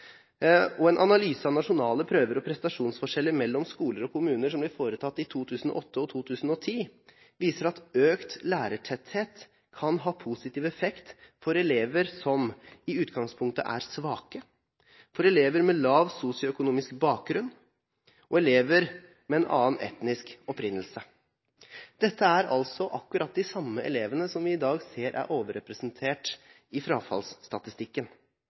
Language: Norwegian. En analyse av nasjonale prøver og prestasjonsforskjeller mellom skoler og kommuner som ble foretatt i 2008 og 2010, viser at økt lærertetthet kan ha positiv effekt for elever som i utgangspunktet er svake, for elever med lav sosioøkonomisk bakgrunn og for elever med en annen etnisk opprinnelse. Dette er akkurat de samme elevene som vi i dag ser er overrepresentert i frafallsstatistikken.